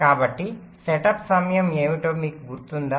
కాబట్టి సెటప్ సమయం ఏమిటో మీకు గుర్తుందా